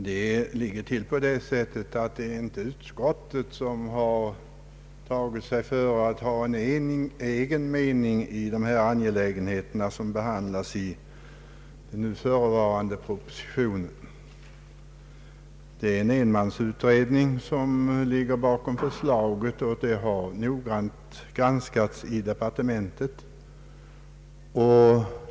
Herr talman! Utskottet har här ingalunda tagit sig före att ha en egen mening i de angelägenheter som behandlas i den förevarande propositionen. En enmansutredning ligger bakom förslaget som granskats noggrant i departementet.